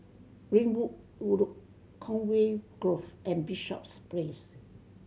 Ringwood Road Conway Grove and Bishops Place